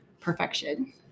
perfection